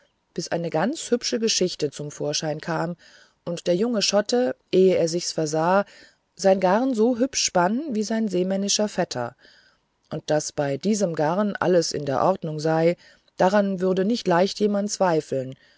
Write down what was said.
bis ein ganz hübsches gewebe zum vorschein kam und der junge schotte ehe er sich's versah sein garn so hübsch spann wie sein seemännischer vetter und daß mit diesem garn alles in der ordnung sei daran würde nicht leicht jemand zweifeln